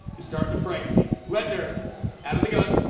he's starting to frighten me letting her out of the gun.